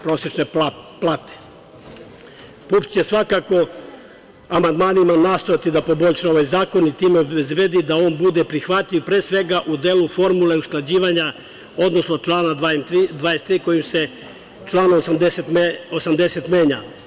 Partija ujedinjenih penzionera Srbije će svakako amandmanima nastojati da poboljša ovaj zakon i time obezbedi da on bude prihvatljiv, pre svega u delu formule usklađivanja, odnosno člana 23. kojim se članom 80. menja.